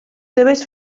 seves